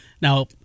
Now